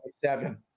seven